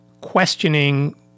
questioning